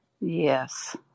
Yes